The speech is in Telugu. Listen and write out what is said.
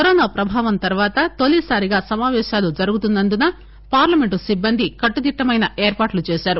కరోనా ప్రభావం తర్వాత తొలిసారిగా సమావేశాలు జరుగుతున్న ందున పార్లమెంట్ సిబ్బంది కట్టుదిట్టమైన ఏర్పాట్లు చేశారు